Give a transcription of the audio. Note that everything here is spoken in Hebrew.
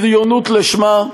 בריונות לשמה,